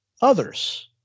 others